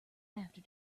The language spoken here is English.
after